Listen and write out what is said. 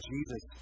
Jesus